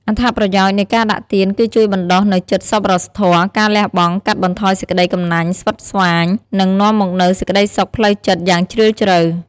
អត្ថប្រយោជន៍ នៃការដាក់ទានគឺជួយបណ្ដុះនូវចិត្តសប្បុរសធម៌ ការលះបង់ កាត់បន្ថយសេចក្ដីកំណាញ់ស្វិតស្វាញ និងនាំមកនូវសេចក្ដីសុខផ្លូវចិត្តយ៉ាងជ្រាលជ្រៅ។